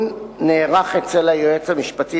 בתחילת החודש שעבר נערך דיון אצל היועץ המשפטי